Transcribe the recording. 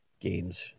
games